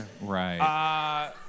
Right